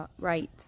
right